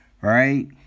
Right